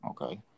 Okay